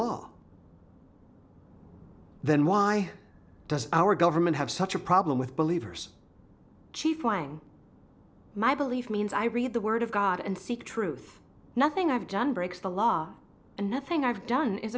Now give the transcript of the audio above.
law then why does our government have such a problem with believers chief my belief means i read the word of god and seek truth nothing i've done breaks the law and nothing i've done is